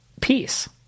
peace